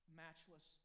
matchless